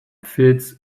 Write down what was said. fits